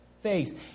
face